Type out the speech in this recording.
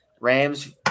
Rams